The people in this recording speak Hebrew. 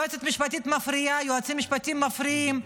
היועצת המשפטית מפריעה, היועצים המשפטיים מפריעים.